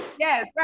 Yes